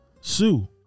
sue